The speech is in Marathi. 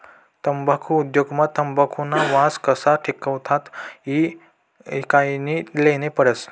तम्बाखु उद्योग मा तंबाखुना वास कशा टिकाडता ई यानी कायजी लेन्ही पडस